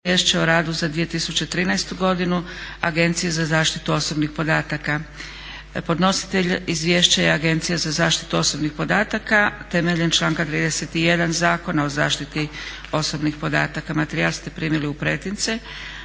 Izvješće o radu za 2013. godinu Agencije za zaštitu osobnih podataka. Podnositelj izvješća je Agencija za zaštitu osobnih podataka temeljem članka 31. Zakona o zaštiti osobnih podataka. Materijal ste primili u pretince.